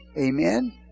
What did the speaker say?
Amen